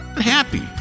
happy